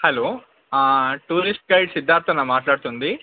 hello tourist guide సిద్ధార్థనా మాట్లాడుతుంది